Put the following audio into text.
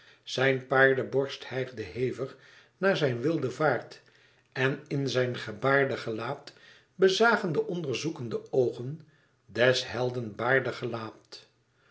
zijn paardeborst hijgde hevig na zijn wilde vaart en in zijn gebaarde gelaat bezagen de onderzoekende oogen des helden baardig gelaat